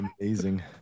amazing